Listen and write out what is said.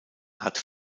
hat